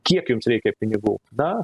kiek jums reikia pinigų na